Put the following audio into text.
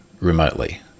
remotely